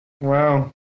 Wow